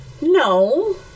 No